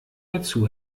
dazu